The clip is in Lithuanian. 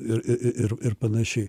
ir ir ir panašiai